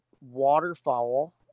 waterfowl